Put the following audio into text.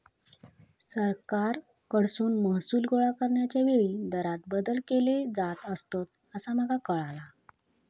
सरकारकडसून महसूल गोळा करण्याच्या वेळी दरांत बदल केले जात असतंत, असा माका कळाला